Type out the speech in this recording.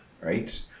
right